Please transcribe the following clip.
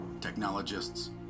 technologists